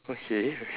okay